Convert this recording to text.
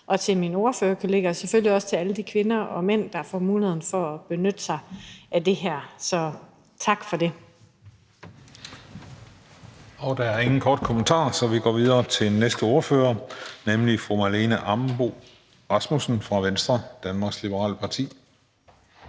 og til mine ordførerkollegaer og selvfølgelig også til alle de kvinder og mænd, der får muligheden for at benytte sig af det her. Så tak for det. Kl. 15:49 Den fg. formand (Christian Juhl): Der er ingen korte kommentarer, så vi går videre til næste ordfører, nemlig fru Marlene Ambo-Rasmussen fra Venstre, Danmarks Liberale Parti.